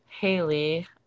Haley